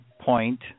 point